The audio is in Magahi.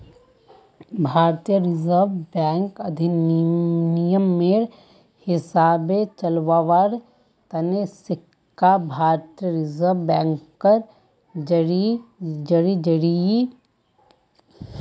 भारतीय रिजर्व बैंक अधिनियमेर हिसाबे चलव्वार तने सिक्का भारतीय रिजर्व बैंकेर जरीए जारी कराल जाछेक